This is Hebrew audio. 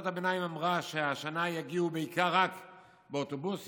הביניים אמרה שהשנה יגיעו בעיקר רק באוטובוסים,